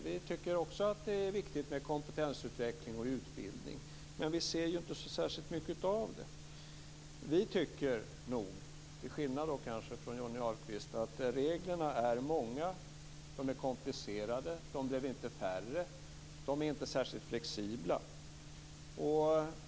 Vi tycker också att det är viktigt med kompetensutveckling och utbildning, men vi ser ju inte särskilt mycket av det. Vi tycker nog, kanske till skillnad från Johnny Ahlqvist, att reglerna är många. De är komplicerade. De blev inte färre. De är inte särskilt flexibla.